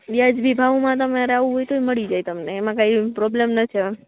વ્યાજબી ભાવમાં તમારે આવવું હોય તોય મળી જાય તમને એમાં કાંઈ પ્રોબ્લેમ નથી